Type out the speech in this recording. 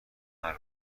نرو